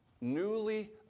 newly